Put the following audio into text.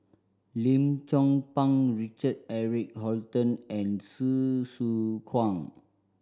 Lim Chong Pang Richard Eric Holttum and Hsu Tse Kwang